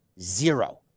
zero